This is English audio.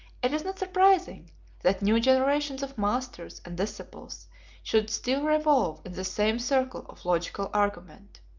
it is not surprising that new generations of masters and disciples should still revolve in the same circle of logical argument.